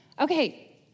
Okay